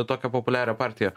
tokią populiarią partiją